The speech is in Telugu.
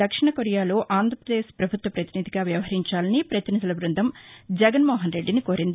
దక్షిణ కొరియాలో ఆంధ్రప్రదేశ్ ప్రభుత్వ ప్రతినిధిగా వ్యవహరించాలని ప్రపతినిధుల బ్బందం జగన్మోహన్రెడ్డిని కోరింది